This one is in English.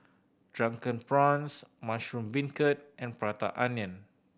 Drunken Prawns mushroom beancurd and Prata Onion